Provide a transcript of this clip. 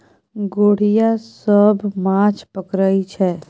गोढ़िया सब माछ पकरई छै